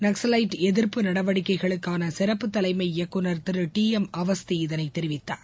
நக்சலைட் எதிர்ப்பு நடவடிக்கைகளுக்கான சிறப்பு தலைமை இயக்குநர் திரு டி எம் அவஸ்தி இதனை தெரிவித்தார்